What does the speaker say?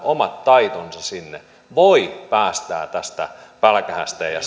omat taitonsa sinne voi päästää tästä pälkähästä ja